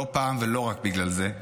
לא פעם ולא רק בגלל זה,